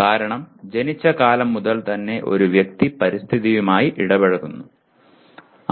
കാരണം ജനിച്ച കാലം മുതൽ തന്നെ ഒരു വ്യക്തി പരിസ്ഥിതിയുമായി ഇടപഴകുന്നു